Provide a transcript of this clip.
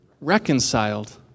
reconciled